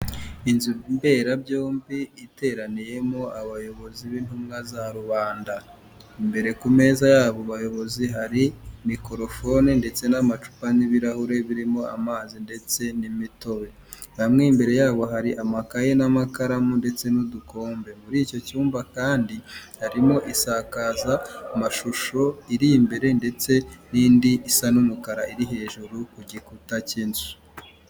Inzu mberabyombi iteraniyemo abayobozi b'intumwa za rubanda, imbere ku meza y'abo bayobozi hari mikorofone ndetse n'amacupa n'ibirahure birimo amazi ndetse n'imitobe bamwe imbere yabo hari amakaye n'amakaramu ndetse n'udukombe, muri icyo cyumba kandi harimo isakaza amashusho iri imbere ndetse n'indi isa n'umukara iri hejuru ku gikuta cyinzu.